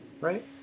right